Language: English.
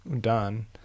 done